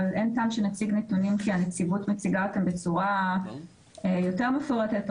אבל אין טעם שנציג נתונים כי הנציבות מציגה אותם בצורה יותר מפורטת,